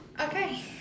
Okay